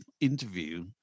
interview